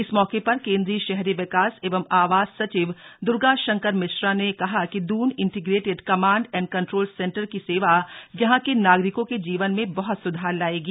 इस मौके पर केंद्रीय शहरी विकास एवं वास सचिव द्र्गा शंकर मिश्रा ने कहा कि Doon integrated command and control centre की सेवा यहां के नागरिकों के जीवन में बह्त सुधार लायेगी